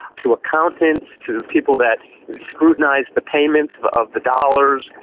to accountants, to the people that scrutinise the payments of the dollars,